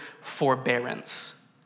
forbearance